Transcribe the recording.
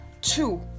two